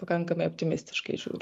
pakankamai optimistiškai žiūriu